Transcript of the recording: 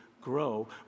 grow